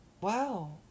Wow